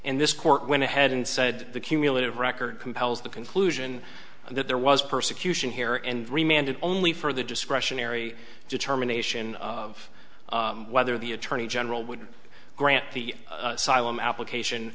and this court went ahead and said the cumulative record compels the conclusion that there was persecution here and remained only for the discretionary determination of whether the attorney general would grant the siloam application